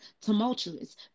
tumultuous